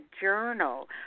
journal